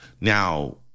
Now